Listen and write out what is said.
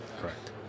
Correct